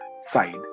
side